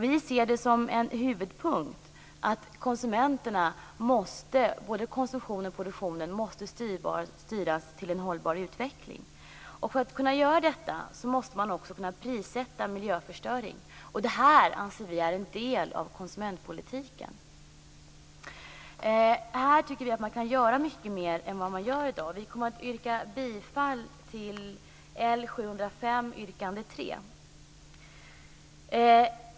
Vi ser det som en huvudpunkt att både konsumtionen och produktionen måste styras till en hållbar utveckling. För att göra detta måste man också kunna prissätta miljöförstöring. Det anser vi vara en del av konsumentpolitiken. Här tycker vi att man kan göra mycket mer än man gör i dag. Vi kommer att yrka bifall till L705 yrkande 3.